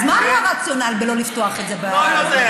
אז מה היה הרציונל לא לפתוח את זה, לא יודע.